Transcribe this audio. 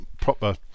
proper